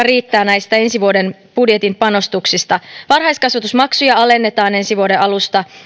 riittää näistä ensi vuoden budjetin panostuksista varhaiskasvatusmaksuja alennetaan ensi vuoden alusta